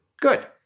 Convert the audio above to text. Good